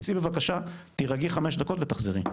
תצאי בבקשה, תירגעי חמש דקות ותחזרי.